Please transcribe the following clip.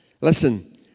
Listen